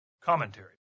Commentary